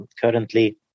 currently